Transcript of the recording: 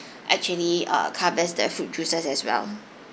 actually err covers the fruit juices as well